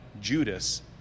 Judas